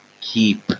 keep